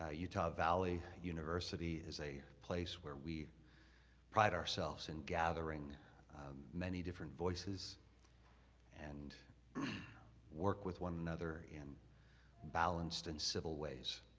ah utah valley university is a place where we pride ourselves in gathering many different voices and work with one another in balanced and civil ways.